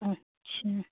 अच्छा